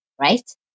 right